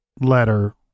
letter